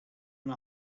and